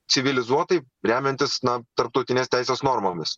civilizuotai remiantis na tarptautinės teisės normomis